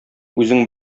үзең